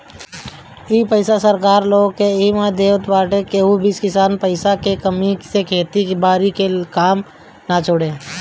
इ पईसा सरकार एह से देत हवे की केहू भी किसान पईसा के कमी से खेती बारी के काम ना छोड़े